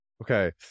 Okay